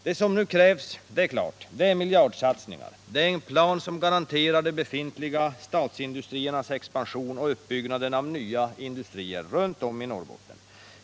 Det som nu krävs är miljardsatsningar, det är en plan som garanterar de befintliga statsindustriernas expansion och uppbyggnaden av nya industrier runt om i Norrbotten.